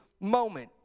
moment